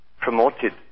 Promoted